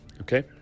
Okay